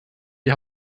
die